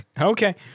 Okay